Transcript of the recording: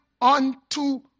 unto